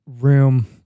room